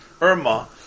Irma